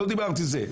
לא דיברתי זה,